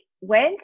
went